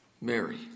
Mary